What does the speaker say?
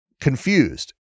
confused